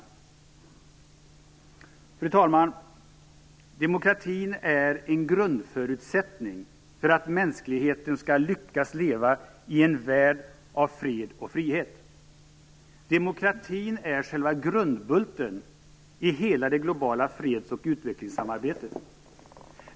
Fru talman! Demokratin är en grundförutsättning för att mänskligheten skall lyckas leva i en värld av fred och frihet. Demokratin är själva grundbulten i hela det globala freds och utvecklingssamarbetet.